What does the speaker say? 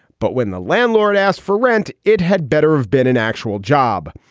but when the landlord asks for rent, it had better have been an actual job.